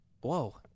Whoa